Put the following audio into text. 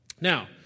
Now